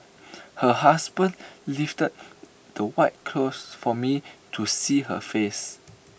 her husband lifted the white cloth for me to see her face